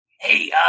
Hey